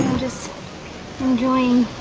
just enjoying